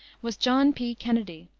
was john p. kennedy,